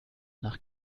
nach